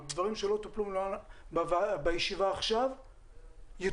דברים שלא טופלו במלואם בישיבה כעת יטופלו.